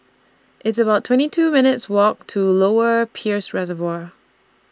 It's about twenty two minutes' Walk to Lower Peirce Reservoir